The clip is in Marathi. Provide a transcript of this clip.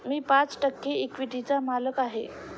मी पाच टक्के इक्विटीचा मालक आहे